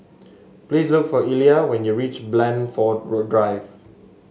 please look for Elia when you reach Blandford Drive